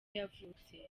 yavutse